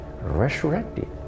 resurrected